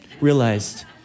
realized